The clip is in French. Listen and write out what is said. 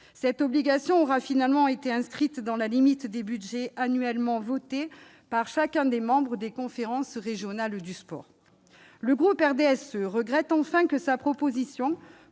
Cette obligation aura finalement été inscrite dans la limite des budgets annuellement votés par chacun des membres des conférences régionales du sport. Le RDSE regrette enfin que sa proposition,